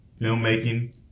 filmmaking